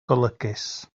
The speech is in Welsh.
golygus